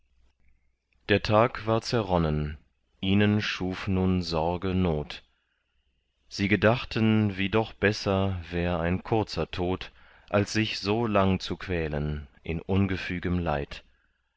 der tag war zerronnen ihnen schuf nun sorge not sie gedachten wie doch besser wär ein kurzer tod als sich so lang zu quälen in ungefügem leid